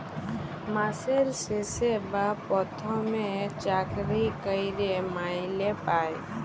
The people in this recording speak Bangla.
মাসের শেষে বা পথমে চাকরি ক্যইরে মাইলে পায়